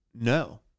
No